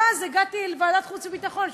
ואז הגעתי לוועדת החוץ והביטחון,